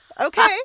Okay